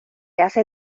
hace